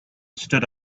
stood